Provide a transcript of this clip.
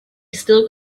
still